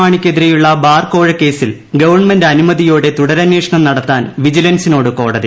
മാണിക്കെതിരെയുള്ള bar കോഴക്കേസിൽ government അനുമതിയോടെ തുടരന്വേഷണം നടത്താൻ വിജിലൻസിനോട് കോടതി